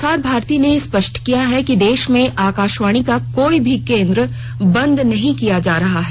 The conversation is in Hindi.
प्रसार भारती ने स्पष्ट किया है कि देश में आकाशवाणी का कोई भी कोन्द्र बंद नहीं किया जा रहा है